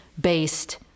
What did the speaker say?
based